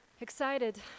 excited